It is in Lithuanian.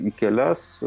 į kelias